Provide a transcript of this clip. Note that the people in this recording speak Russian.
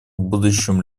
будущем